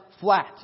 flat